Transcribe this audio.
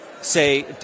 say